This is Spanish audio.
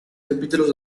capítulos